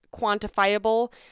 quantifiable